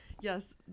Yes